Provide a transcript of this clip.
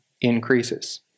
increases